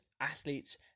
athletes